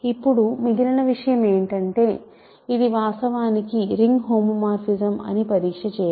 ఇప్పుడు మిగిలిన విషయం ఏమిటంటే ఇది వాస్తవానికి రింగ్ హోమోమార్ఫిజం అని పరీక్ష చేయడం